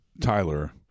Tyler